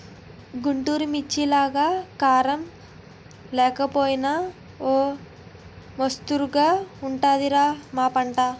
గుంటూరు మిర్చిలాగా కారం లేకపోయినా ఓ మొస్తరుగా ఉంటది రా మా పంట